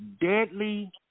deadly